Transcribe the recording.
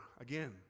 again